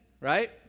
right